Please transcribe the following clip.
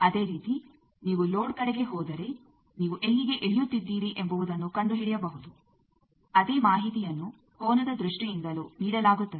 ಅದೇ ರೀತಿ ನೀವು ಲೋಡ್ ಕಡೆಗೆ ಹೋದರೆ ನೀವು ಎಲ್ಲಿಗೆ ಇಳಿಯುತ್ತಿದ್ದೀರಿ ಎಂಬುವುದನ್ನು ಕಂಡುಹಿಡಿಯಬಹುದು ಅದೇ ಮಾಹಿತಿಯನ್ನು ಕೋನದ ದೃಷ್ಟಿಯಿಂದಲೂ ನೀಡಲಾಗುತ್ತದೆ